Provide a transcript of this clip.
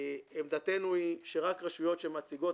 לא אמרנו שלא,